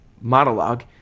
monologue